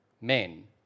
Men